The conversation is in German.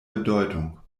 bedeutung